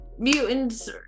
Mutants